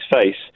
face